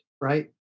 right